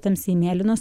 tamsiai mėlynos